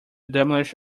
demolish